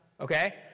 Okay